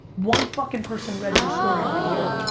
one fucking person read your story, my dear.